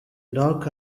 dark